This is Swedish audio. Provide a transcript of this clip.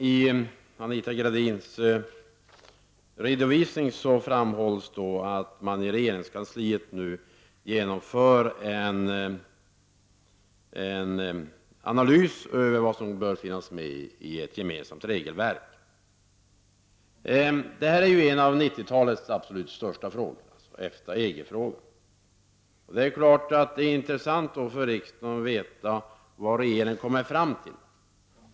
I Anita Gradins redovisning framhålls att man i regeringskansliet nu genomför en analys av vad som bör finnas med i ett gemensamt regelverk. Det rör sig om en av 90-talets största frågor, EFTA EG-frågan. Det är självfallet intressant för riksdagen att få veta vad regeringen kommer fram till.